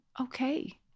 okay